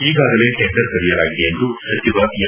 ಈಗಾಗಲೇ ಟೆಂಡರ್ ಕರೆಯಲಾಗಿದೆ ಎಂದು ಸಚಿವ ಎಂ